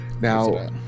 Now